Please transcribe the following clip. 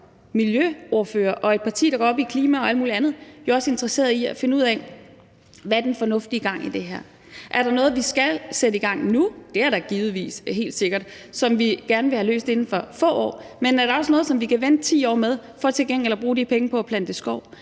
medlem af et parti, der går op i klimaet og alt muligt andet, også interesseret i at finde ud af, hvad der er den fornuftige gang i det her. Er der noget, vi skal sætte i gang nu – det er der givetvis – og som vi gerne vil have løst inden for få år? Men er der også noget, som vi kan vente 10 år med for til gengæld at bruge de penge på at plante skov?